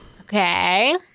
Okay